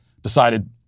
decided